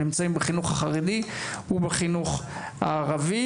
נמצאים בחינוך החרדי ובחינוך הערבי.